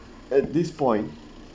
at this point